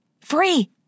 Free